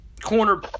Corner